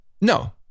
No